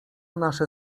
nasze